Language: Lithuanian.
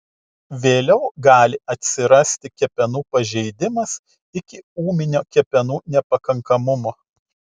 vėliau gali atsirasti kepenų pažeidimas iki ūminio kepenų nepakankamumo